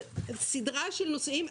בסדרה של נושאים.